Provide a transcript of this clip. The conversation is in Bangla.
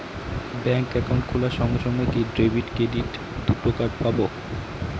ব্যাংক অ্যাকাউন্ট খোলার সঙ্গে সঙ্গে কি ডেবিট ক্রেডিট দুটো কার্ড পাবো?